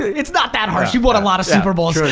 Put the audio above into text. it's not that harsh, you won a lot of super bowls. sure